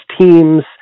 teams